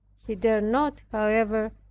he dared not, however,